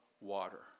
water